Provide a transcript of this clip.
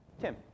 Tim